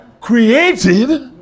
created